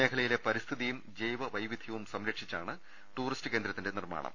മേഖലയിലെ പരിസ്ഥിതിയും ജൈവ വൈവിധ്യവും സംരക്ഷിച്ചാണ് ടൂറിസ്റ്റ് കേന്ദ്ര ത്തിന്റെ നിർമ്മാണം